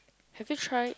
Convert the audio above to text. have you try